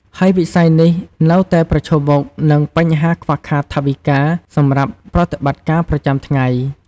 ហើយវិស័យនេះនៅតែប្រឈមមុខនឹងបញ្ហាខ្វះខាតថវិកាសម្រាប់ប្រតិបត្តិការប្រចាំថ្ងៃ។